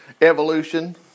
evolution